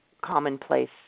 commonplace